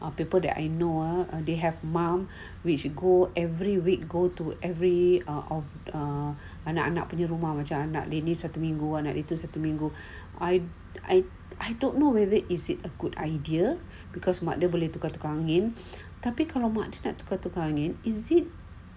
are people that I know ah they have mom which go every week go to every are of err anak-anak punya rumah macam anak dia ni satu minggu anak dia tu satu minggu I I don't know whether is it a good idea because mak dia boleh tukar-tukar angin tapi kalau mak dia nak tukar-tukar angin is it